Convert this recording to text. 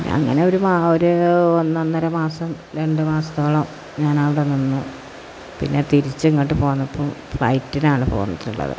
അങ്ങനെയൊരു ഒന്നൊന്നര മാസം രണ്ടു മാസത്തോളം ഞാനവിടെ നിന്നു പിന്നെ തിരിച്ച് ഇങ്ങോട്ട് പോന്നപ്പോള് ഫ്ളൈറ്റിനാണ് പോന്നിട്ടുള്ളത്